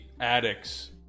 addicts